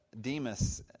Demas